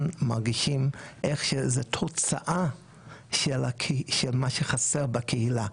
מרגישים איך שזו תוצאה של מה שחסר בקהילה.